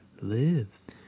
lives